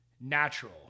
natural